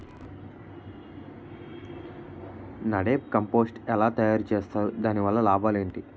NADEP compost ఎలా తయారు చేస్తారు? దాని వల్ల లాభాలు ఏంటి?